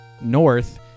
north